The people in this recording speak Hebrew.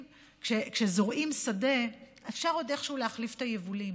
כשזורעים שדה אפשר עוד איכשהו להחליף את היבולים,